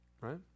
right